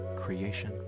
creation